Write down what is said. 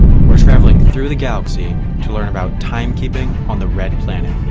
we're travelling through the galaxy to learn about timekeeping, on the red planet.